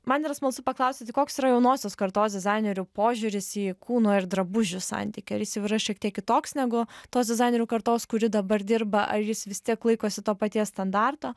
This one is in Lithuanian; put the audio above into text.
man yra smalsu paklausti tai koks yra jaunosios kartos dizainerių požiūris į kūno ir drabužių santykį ar jis yra šiek tiek kitoks negu tos dizainerių kartos kuri dabar dirba ar jis vis tiek laikosi to paties standarto